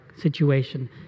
situation